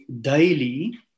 daily